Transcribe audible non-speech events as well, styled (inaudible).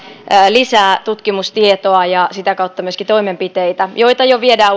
lisää tutkimustietoa ja sitä kautta myöskin toimenpiteitä joita jo viedään (unintelligible)